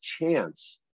chance